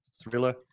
thriller